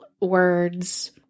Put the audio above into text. words